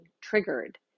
triggered